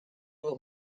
hauts